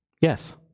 Yes